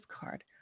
card